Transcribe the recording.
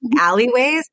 alleyways